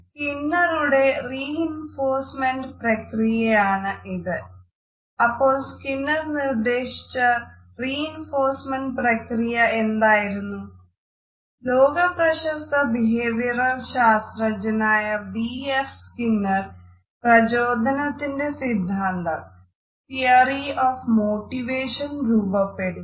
സ്കിന്നറുടെ രൂപപ്പെടുത്തി